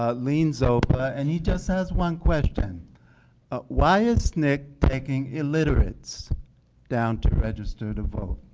ah leans over and he just has one question why is nick taking illiterates down to register to vote?